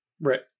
Right